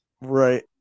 Right